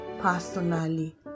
personally